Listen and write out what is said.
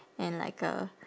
and like a